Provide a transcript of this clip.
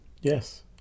Yes